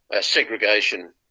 segregation